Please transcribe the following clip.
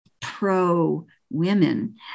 pro-women